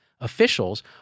officials